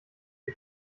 sie